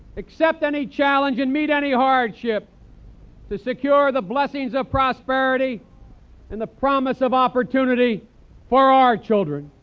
accept any challenge, and meet any hardship to secure the blessings of prosperity and the promise of opportunity for our children.